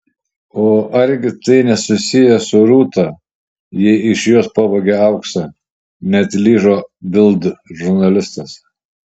o argi tai nesusiję su rūta jei iš jos pavogė auksą neatlyžo bild žurnalistas